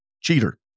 Cheater